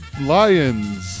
lions